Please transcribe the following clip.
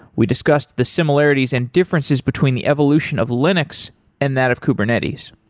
we discussed the similarities and differences between the evolution of linux and that of kubernetes.